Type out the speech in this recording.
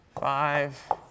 five